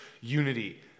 unity